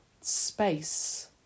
space